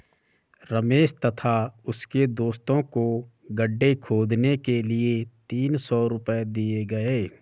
रमेश तथा उसके दोस्तों को गड्ढे खोदने के लिए तीन सौ रूपये दिए गए